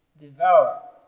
devour